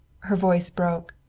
her voice broke.